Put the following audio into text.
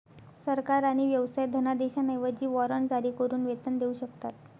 सरकार आणि व्यवसाय धनादेशांऐवजी वॉरंट जारी करून वेतन देऊ शकतात